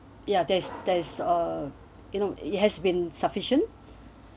ya there's there's uh you know it has been sufficient